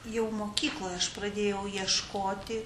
jau mokykloje aš pradėjau ieškoti